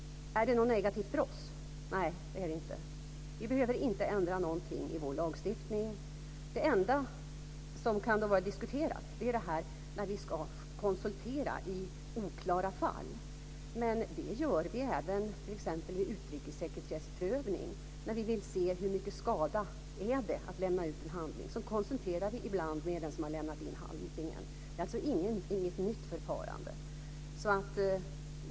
Är det då negativt för Sverige? Nej, det är det inte. Vi behöver inte ändra någonting i vår lagstiftning. Det enda som kan diskuteras är detta med att vi ska konsultera i oklara fall, men det gör vi ju redan nu t.ex. vid utrikessekretessprövning när vi vill se hur stor skada det innebär att lämna ut en handling. Då konsulterar vi ibland den som har lämnat in handlingen. Det är alltså inget nytt förfarande.